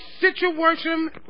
situation